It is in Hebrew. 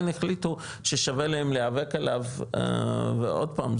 החליטו ששווה להם להיאבק עליו ועוד פעם,